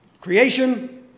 creation